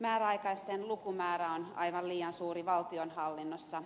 määräaikaisten lukumäärä on aivan liian suuri valtionhallinnossa